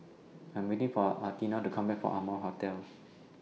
I'm waiting For Atina to Come Back from Amoy Hotel